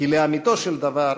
כי לאמיתו של דבר,